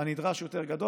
הנדרש גדול יותר.